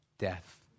death